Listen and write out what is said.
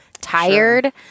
tired